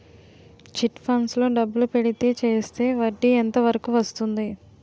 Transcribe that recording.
Chit funds లో డబ్బులు పెడితే చేస్తే వడ్డీ ఎంత వరకు వస్తుంది?